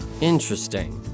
Interesting